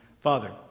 Father